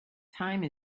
time